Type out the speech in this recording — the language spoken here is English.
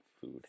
food